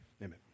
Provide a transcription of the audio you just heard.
amen